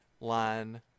line